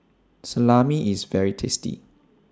Salami IS very tasty